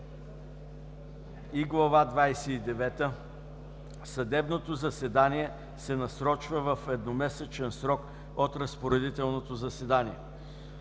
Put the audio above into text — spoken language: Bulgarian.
и девета, съдебното заседание се насрочва в едномесечен срок от разпоредителното заседание.